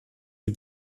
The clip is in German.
die